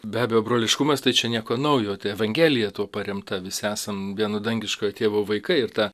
be abejo broliškumas tai čia nieko naujo tai evangelija tuo paremta visi esam vieno dangiškojo tėvo vaikai ir ta